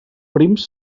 prims